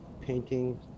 painting